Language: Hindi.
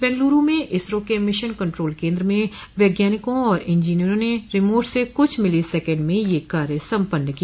बेंगलूरू में इसरो के मिशन कन्ट्रोल केन्द्र में वैज्ञानिकों और इंजीनियरा ने रिमोट से कुछ मिली सेकेण्ड में यह कार्य सम्पन्न किया